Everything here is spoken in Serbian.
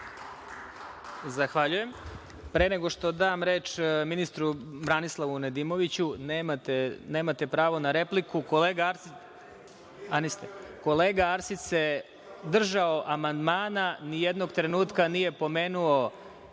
Zahvaljujem. Pre nego što dam reč ministru Branislavu Nedimoviću, nemate pravo na repliku. Kolega Arsić se držao amandmana. Nijednog trenutka nije pomenuo